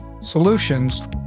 solutions